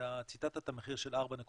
אתה ציטטת את המחיר של 4.8,